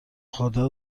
خدا